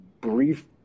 brief